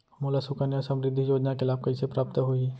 मोला सुकन्या समृद्धि योजना के लाभ कइसे प्राप्त होही?